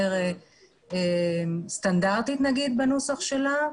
יותר סטנדרטית בנוסח שלה.